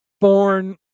born